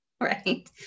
right